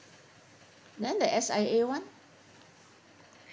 then the S_I_A [one]